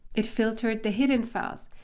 it filtered the hidden files.